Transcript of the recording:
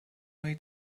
way